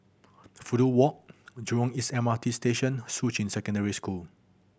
Fudu Walk Jurong East M R T Station Shuqun Secondary School